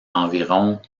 environ